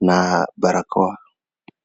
na barakoa.